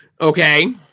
Okay